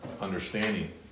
understanding